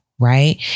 Right